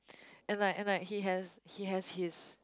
and like and like he has he has his